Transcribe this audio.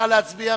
נא להצביע.